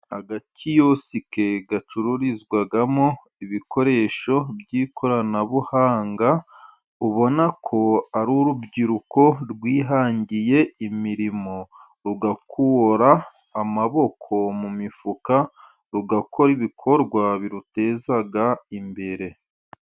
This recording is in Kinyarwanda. Agakiyosike gacururizwamo ibikoresho by'ikoranabuhanga, ubona ko ari urubyiruko rwihangiye imirimo rugakura amaboko mu mifuka, rugakora ibikorwa biruteza imbere.